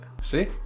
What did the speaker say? See